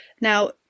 Now